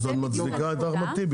אז את מצדיקה פה את אחמד טיבי.